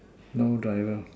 no driver